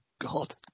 God